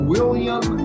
William